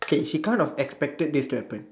she kind of expected this to happen